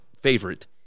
favorite